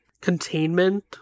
containment